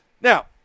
Now